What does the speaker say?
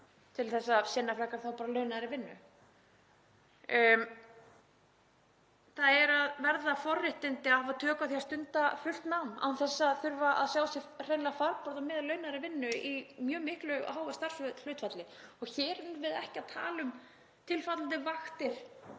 til að sinna frekar þá bara launaðri vinnu. Það eru að verða forréttindi að hafa tök á því að stunda fullt nám án þess að þurfa að sjá sér hreinlega farborða með launaðri vinnu í mjög miklu og háu starfshlutfalli og hér erum við ekki að tala um tilfallandi vaktir